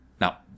Now